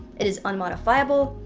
it is unmodifiable,